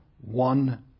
one